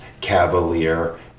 cavalier